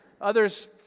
others